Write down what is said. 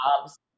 jobs